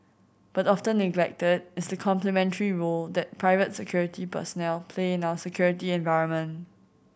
but often neglected is the complementary role that private security personnel play in our security environment